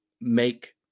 make